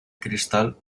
crystal